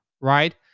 right